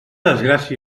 desgràcia